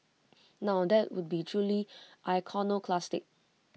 now that would be truly iconoclastic